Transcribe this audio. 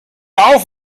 auf